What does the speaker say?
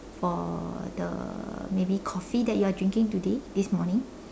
for the maybe coffee that you are drinking today this morning